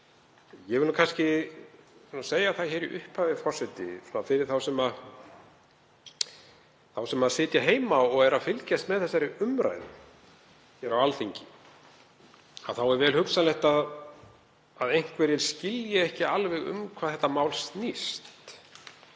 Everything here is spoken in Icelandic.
Ég vil segja það í upphafi, forseti, fyrir þá sem sitja heima og fylgjast með þessari umræðu hér á Alþingi, að það er vel hugsanlegt að einhverjir skilji ekki alveg um hvað þetta mál snýst.